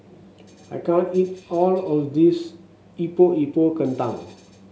I can't eat all of this Epok Epok Kentang